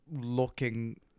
looking